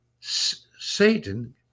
Satan